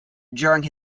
during